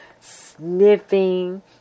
sniffing